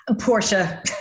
Portia